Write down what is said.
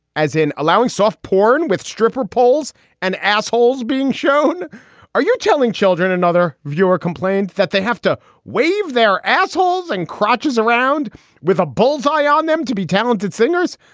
as in allowing soft porn with stripper poles and assholes being shown are you telling children another viewer complained that they have to wave their assholes and crotches around with a bull's eye on them to be talented singers?